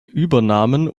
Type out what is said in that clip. übernahmen